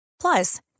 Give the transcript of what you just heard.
plus